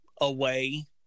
away